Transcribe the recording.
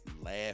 Laugh